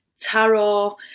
tarot